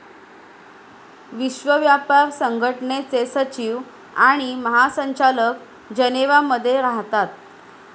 विश्व व्यापार संघटनेचे सचिव आणि महासंचालक जनेवा मध्ये राहतात